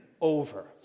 over